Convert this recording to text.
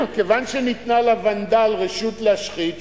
כיוון שניתנה לוונדל רשות להשחית,